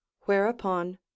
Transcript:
WHEREUPON